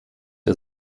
der